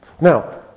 Now